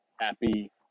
happy